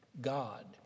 God